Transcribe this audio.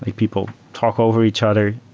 people talk over each other.